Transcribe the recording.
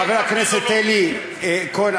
חבר הכנסת אלי כהן,